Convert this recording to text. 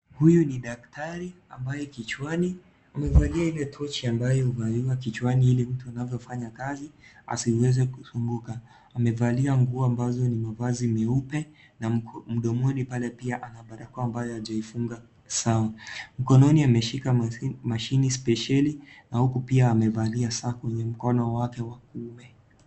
Huyu ni daktari ambaye kichwani amevalia ile tochi ambayo huvaliwa kichwani ilituvyovanya kazi aziweze kusumbuka amevalia nguo ambazo ni mavazi meupe na mdomoni pale pia anabarakoa ambayo hajaifunga sawa mkononi ameshika mashine spesheli na huku pia amevalia saa kwenye mkono wake wa kuume.